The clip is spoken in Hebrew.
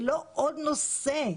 זה לא עוד נושא.